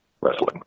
wrestling